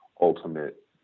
ultimate